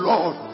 Lord